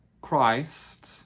Christ